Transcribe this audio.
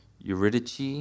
Eurydice